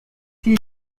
die